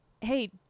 hey